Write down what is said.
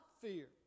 fear